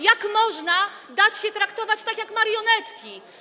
Jak można dać się traktować jak marionetki?